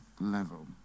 level